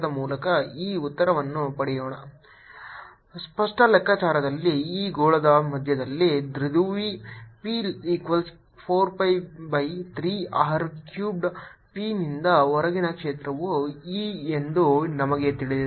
E P30 P030 zEoutside EinsideEoutside P030 z ಸ್ಪಷ್ಟ ಲೆಕ್ಕಾಚಾರದಲ್ಲಿ ಈ ಗೋಳದ ಮಧ್ಯದಲ್ಲಿ ದ್ವಿಧ್ರುವಿ p equals 4 pi by 3 r cubed p ನಿಂದ ಹೊರಗಿನ ಕ್ಷೇತ್ರವು E ಎಂದು ನಮಗೆ ತಿಳಿದಿದೆ